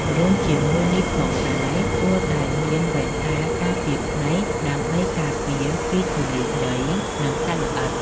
រួមជាមួយនេះផងដែរ គួរតែមានវ៉ែនតាការពារភ្នែក ដើម្បីការពារពីធូលី ដី និងសត្វល្អិត។